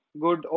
good